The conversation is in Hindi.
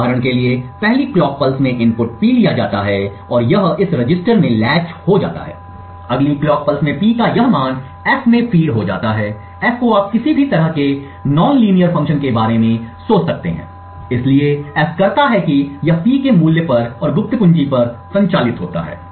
उदाहरण के लिए पहली क्लॉक पल्स में इनपुट P लिया जाता है और यह इस रजिस्टर में लेचद हो जाता है अगली क्लॉक पल्स में P का यह मान F में फीड हो जाता है F को आप किसी भी तरह के नॉनलाइनर फंक्शन के बारे में सोच सकते हैं इसलिए F करता है कि यह P के मूल्य पर और गुप्त कुंजी पर संचालित होता है